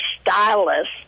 stylist